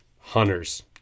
hunters